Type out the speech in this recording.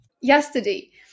yesterday